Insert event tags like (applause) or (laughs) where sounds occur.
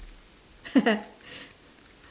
(laughs)